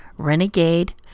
Renegade